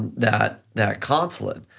that that consulate.